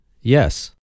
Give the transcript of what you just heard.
yes